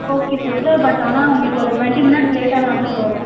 okay sir sir but ஆனால் உங்களுக்கு ஒரு டுவெண்ட்டி மினிட்ஸ் லேட்டாக தான் சார் வரும்